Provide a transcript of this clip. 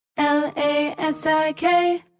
L-A-S-I-K